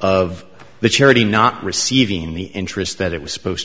of the charity not receiving the interest that it was supposed